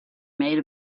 made